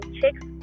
Chicks